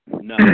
no